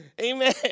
Amen